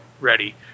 ready